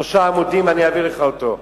שלושה עמודים, אני אעביר לך אותו.